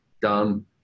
done